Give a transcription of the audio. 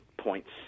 points